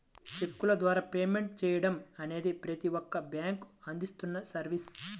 చెక్కుల ద్వారా పేమెంట్ చెయ్యడం అనేది ప్రతి ఒక్క బ్యేంకూ అందిస్తున్న సర్వీసే